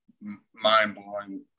mind-blowing